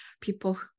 people